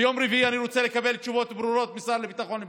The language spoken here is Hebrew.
ביום רביעי אני רוצה לקבל תשובות ברורות מהשר לביטחון פנים.